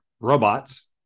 robots